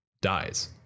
dies